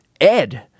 Ed